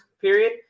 period